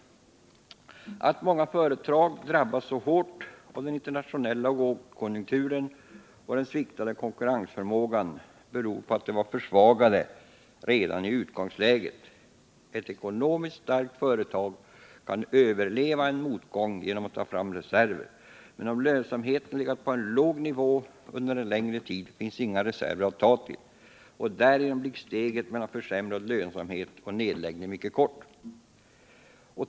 Att många företag drabbats så hårt av den internationella lågkonjunkturen och den sviktande konkurrensförmågan beror på att de var försvagade redan i utgångsläget. Ett ekonomiskt starkt företag kan överleva en motgång genom att ta fram reserver. Men om lönsamheten legat på låg nivå under en längre tid finns inga reserver att ta till. Därigenom blir steget mellan försämrad lönsamhet och nedläggning mycket kort.